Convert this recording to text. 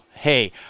hey